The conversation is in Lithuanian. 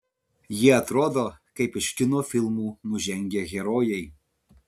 jie atrodo kaip iš kino filmų nužengę herojai